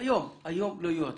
היום לא יהיו הצבעות.